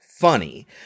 funny